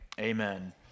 Amen